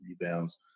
rebounds